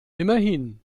immerhin